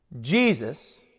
Jesus